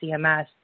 CMS